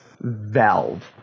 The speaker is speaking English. Valve